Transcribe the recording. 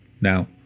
Now